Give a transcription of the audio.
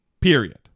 Period